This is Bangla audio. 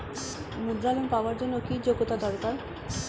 মুদ্রা লোন পাওয়ার জন্য কি যোগ্যতা দরকার?